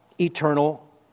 eternal